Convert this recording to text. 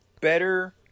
better